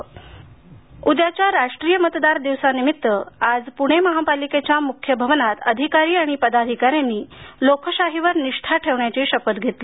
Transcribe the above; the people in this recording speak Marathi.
राष्ट्रीय मतदार दिवस राष्ट्रीय मतदार दिवसानिमित्त पुणे महापालिकेच्या मुख्य भवनात अधिकारी आणि पदाधिकाऱ्यांनी लोकशाहीवर निष्ठा ठेवण्याची शपथ घेतली